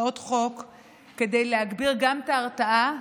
גם כדי להגביר את ההרתעה,